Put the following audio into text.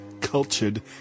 cultured